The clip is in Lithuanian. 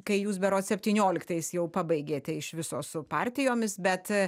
kai jūs berods septynioliktais jau pabaigėte iš viso su partijomis bet